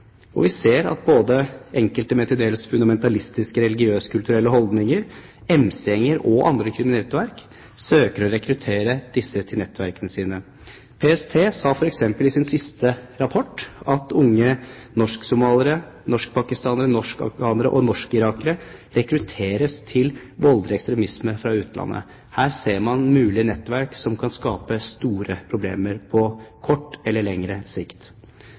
bakgrunn. Vi ser at enkelte med til dels fundamentalistiske religiøse/kulturelle holdninger, MC-gjenger og andre kriminelle nettverk søker å rekruttere disse til nettverkene sine. PST sa f.eks. i sin siste rapport at unge norsk-somaliere, norsk-pakistanere, norsk-afghanere og norsk-irakere rekrutteres til voldelig ekstremisme fra utlandet. Her ser man mulige nettverk som kan skape store problemer på kort eller lengre sikt.